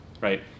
right